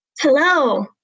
Hello